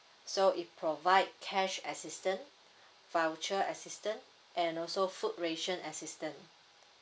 so it provide cash assistant voucher assistant and also food ration assistant